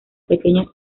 pequeña